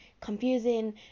confusing